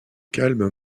calme